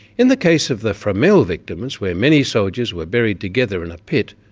in the case of the fromelles victims, where many soldiers were buried together in a pit,